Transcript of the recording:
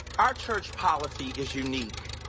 our church polity is unique.